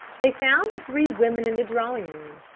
they found the three women in the drawing-room.